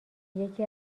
یکی